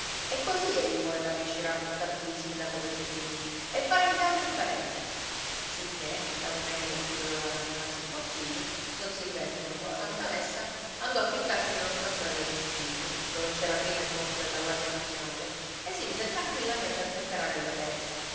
e così egli voleva riescire a buttar giù il sindaco pei suoi fini e fare il gallo in paese sicché la domenica in cui doveva radunarsi il consiglio don silvestro dopo la santa messa andò a ficcarsi nello stanzone del municipio dove c'era prima il posto della guardia nazionale e si mise tranquillamente a temperare le penne